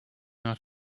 not